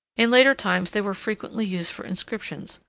in later times they were frequently used for inscriptions,